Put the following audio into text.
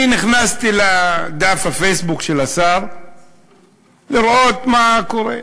אני נכנסתי לדף הפייסבוק של השר לראות מה קורה.